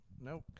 Nope